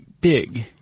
big